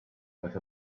with